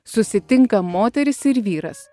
susitinka moteris ir vyras